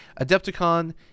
Adepticon